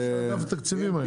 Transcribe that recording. ראש אגף תקציבים היום.